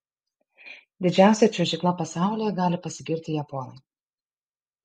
didžiausia čiuožykla pasaulyje gali pasigirti japonai